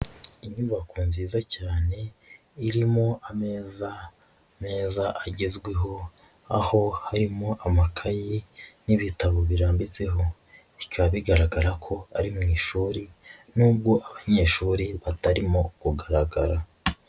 Inyubako nziza cyane irimo ameza meza agezweho, aho harimo amakayi n'ibitabo birambitseho, bikaba bigaragara ko ari mu ishuri nubwo abanyeshuri batarimo kugaragara.